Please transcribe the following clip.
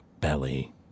belly